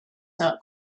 not